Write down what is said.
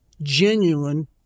genuine